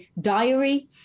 diary